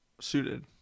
Suited